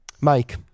Mike